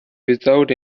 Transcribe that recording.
without